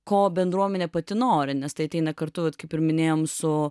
ko bendruomenė pati nori nes tai ateina kartu vat kaip ir minėjom su